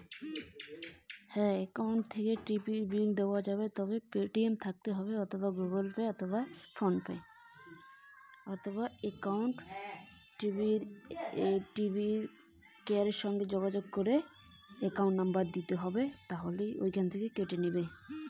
Account থাকি কি TV bill দেওয়া যাবে?